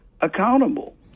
accountable